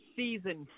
season